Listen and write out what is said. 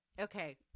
Okay